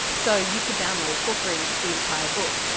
so you could download, for free, the entire book,